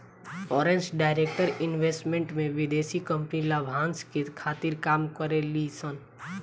foreign direct investment में विदेशी company लाभांस के खातिर काम करे ली सन